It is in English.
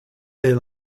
air